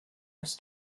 was